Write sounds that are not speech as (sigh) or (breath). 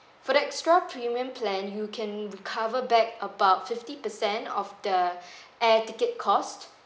for extra premium plan you can recover back about fifty percent of the (breath) air ticket cost